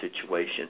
situation